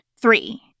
three